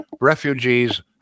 refugees